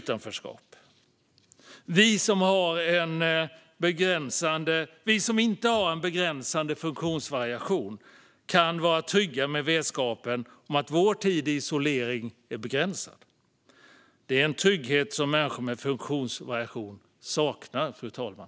Vi som inte har en begränsande funktionsvariation kan vara trygga i vetskapen om att vår tid i isolering är begränsad. Det är en trygghet som människor med funktionsvariationer saknar, fru talman.